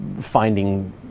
finding